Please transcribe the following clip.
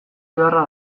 beharra